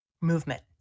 movement